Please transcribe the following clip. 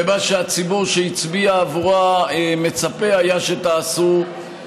ומה שהציבור שהצביע עבורה היה מצפה שתעשו,